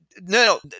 no